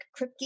Kripke